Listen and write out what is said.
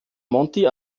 monti